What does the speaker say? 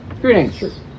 Greetings